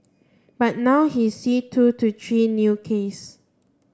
but now he sees two to three new case